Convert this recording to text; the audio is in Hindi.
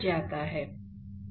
अल्फा क्या है